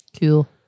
Cool